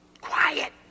quiet